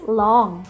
long